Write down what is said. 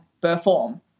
perform